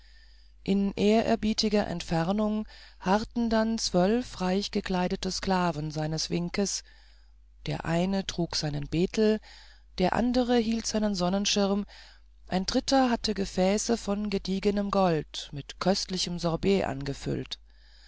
in ehrerbietiger entfernung harrten dann zwölf reichgekleidete sklaven seines winkes der eine trug seinen betel der andere hielt seinen sonnenschirm ein dritter hatte gefäße von gediegenem golde mit köstlichem sorbet angefüllt